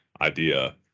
idea